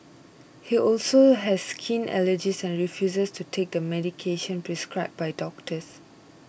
he also has skin allergies and refuses to take the medication prescribed by doctors